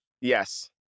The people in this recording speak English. Yes